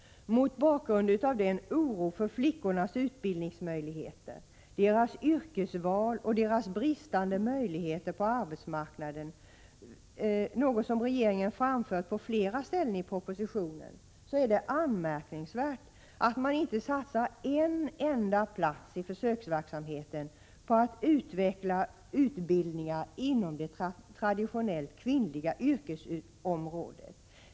Mot bakgrund av oron för flickornas utbildningsmöjligheter, deras yrkesval och deras bristande möjligheter på arbetsmarknaden, något som regeringen framför på flera ställen i propositionen, är det anmärkningsvärt att man inte satsar en enda plats i försöksverksamheten på att utveckla utbildningar inom det traditionellt kvinnliga yrkesområdet.